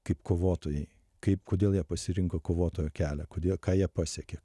kaip kovotojai kaip kodėl jie pasirinko kovotojo kelią kodėl ką jie pasiekė